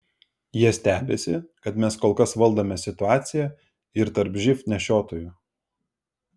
jie stebisi kad mes kol kas valdome situaciją ir tarp živ nešiotojų